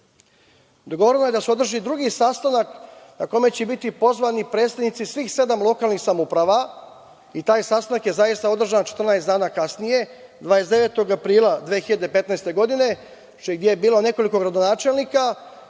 stanova. Dogovoreno je da se održi drugi sastanak na kome će biti pozvani predstavnici svih sedam lokalnih samouprava i taj sastanak je zaista održan 14 dana kasnije, 29. aprila 2015. godine, gde je bilo nekoliko gradonačelnika